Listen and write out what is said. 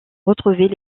retrouvés